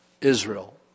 Israel